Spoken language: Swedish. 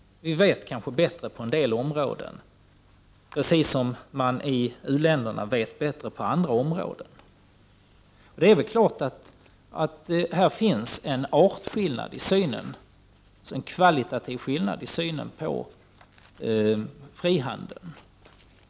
Vi har bättre kunskaper på en del områden, precis som man i u-länderna har bättre kunskaper än vi på andra områden. Det finns självfallet en kvalitativ skillnad i synen på frihandeln.